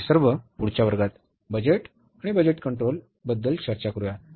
तर हे सर्व पुढच्या वर्गात बजेट आणि बजेट कंट्रोल बद्दल चर्चा करूया